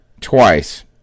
twice